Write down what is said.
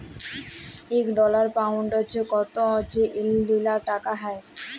ইক dollar, pound কত ইলডিয়াল টাকা হ্যয়